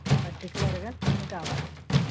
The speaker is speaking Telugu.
పర్టికులర్గా సిమ్ కావాలి